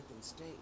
state